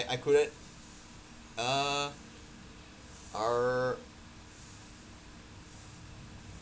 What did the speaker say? I couldn't uh err